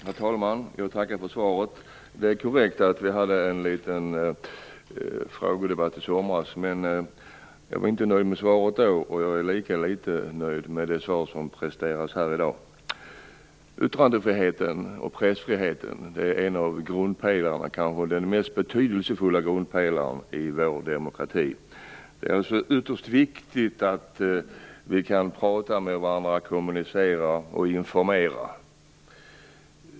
Herr talman! Jag tackar för svaret. Det är korrekt att vi hade en liten frågedebatt i somras. Men jag var inte nöjd med svaret då, och jag är lika litet nöjd med det svar som presteras här i dag. Yttrandefriheten och pressfriheten är några av grundpelarna, och kanske de mest betydelsefulla, i vår demokrati. Det är alltså ytterst viktigt att vi kan prata med varandra, kommunicera och informera.